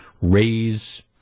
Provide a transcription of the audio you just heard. raise